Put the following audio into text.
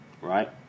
right